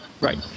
Right